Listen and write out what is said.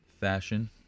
Fashion